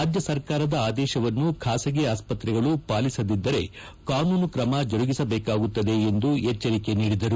ರಾಜ್ಯ ಸರ್ಕಾರದ ಆದೇಶವನ್ನು ಖಾಸಗಿ ಆಸ್ಪತ್ರೆಗಳು ಪಾಲಿಸದಿದ್ದರೆ ಕಾನೂನು ಕ್ರಮ ಜರುಗಿಸಬೇಕಾಗುತ್ತದೆ ಎಂದು ಎಚ್ಚರಿಕೆ ನೀಡಿದರು